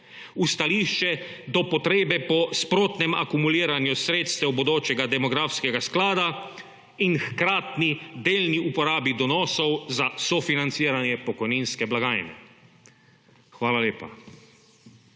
stališče do potrebe po sprotnem akumuliranju sredstev bodočega demografskega sklada in hkratni delni uporabi donosov za sofinanciranje pokojninske blagajne. Hvala lepa.